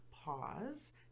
pause